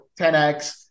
10X